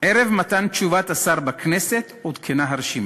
ערב מתן תשובת השר בכנסת, עודכנה הרשימה.